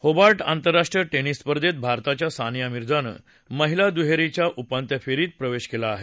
Hobart आंतरराष्ट्रीय tennis स्पर्धेत भारताच्या सानिया मिर्जानं महिला दुहेरीच्या उपांत्य फेरीत प्रवेश केला आहे